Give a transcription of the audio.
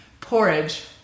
porridge